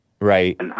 Right